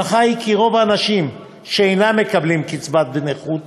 ההנחה היא שרוב האנשים שאינם מקבלים קצבת נכות